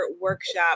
Workshop